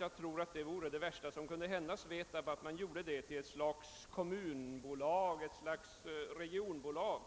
Jag tror emellertid att det värsta som kunde hända SVETAB vore att göra det till något slags regionbolag